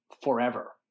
forever